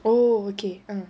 oh okay